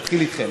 נתחיל איתכם.